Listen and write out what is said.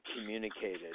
communicated